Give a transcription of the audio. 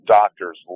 doctors